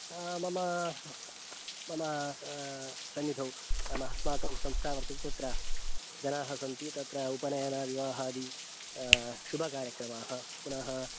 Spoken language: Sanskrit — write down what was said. हा मम मम सन्निधौ नाम अस्माकं संस्था वर्तते तत्र जनाः सन्ति तत्र उपनयनविवाहादि शुभकार्यक्रमाः पुनः